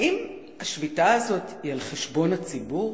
האם השביתה הזאת היא על חשבון הציבור?